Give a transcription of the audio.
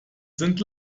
sind